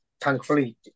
thankfully